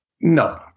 No